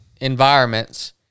environments